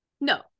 No